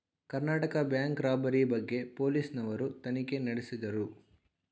Karnataka Bank robbery ಬಗ್ಗೆ police ನವರು ತನಿಖೆ ನಡೆಸಿದರು